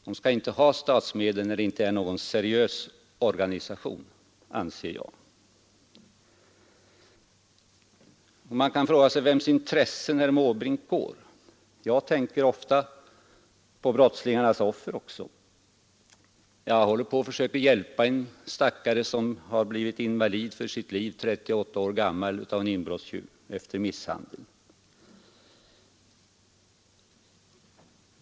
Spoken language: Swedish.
De skulle inte ha statsmedel när det inte är någon seriös organisation, anser jag. Man kan fråga sig vems intressen herr Måbrink värnar. Jag tänker ofta på brottslingarnas offer också, och jag håller på att försöka hjälpa en stackare som har blivit invalid för livet, 38 år gammal, efter misshandel av en inbrottstjuv.